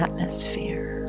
Atmosphere